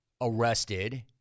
arrested